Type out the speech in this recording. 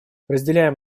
разделяем